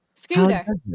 Scooter